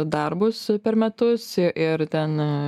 darbus per metus ir ten